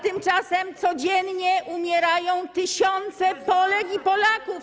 Tymczasem codziennie umierają tysiące Polek i Polaków.